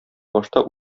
башта